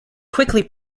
quickly